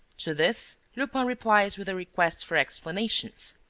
to this lupin replies with a request for explanations.